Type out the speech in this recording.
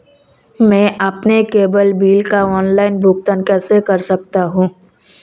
मैं अपने cable bill का ऑनलाइन भुगतान कैसे कर सकता हूं?